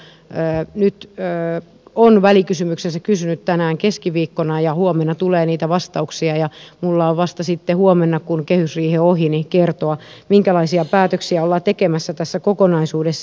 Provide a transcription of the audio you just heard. niin kuin tiedätte oppositio nyt on välikysymyksensä kysynyt tänään keskiviikkona ja huomenna tulee niitä vastauksia ja minulla on vasta sitten huomenna kun kehysriihi on ohi vastauksia minkälaisia päätöksiä ollaan tekemässä tässä kokonaisuudessa